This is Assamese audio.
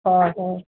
হয় হয়